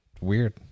weird